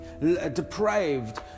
depraved